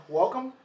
welcome